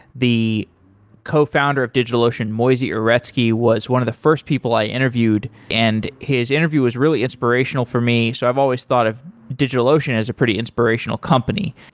the cofounder of digitalocean, moisey uretsky, was one of the first people i interviewed, and his interview was really inspirational for me. so i've always thought of digitalocean as a pretty inspirational company.